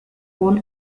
own